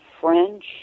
French